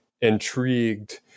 intrigued